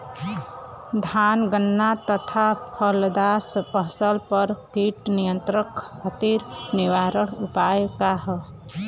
धान गन्ना तथा फलदार फसल पर कीट नियंत्रण खातीर निवारण उपाय का ह?